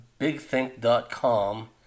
BigThink.com